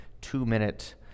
two-minute